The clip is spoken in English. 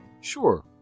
Sure